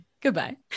goodbye